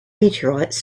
meteorites